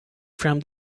from